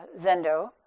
zendo